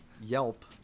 yelp